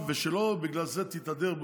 ושלא בגלל זה תתהדר בעוד,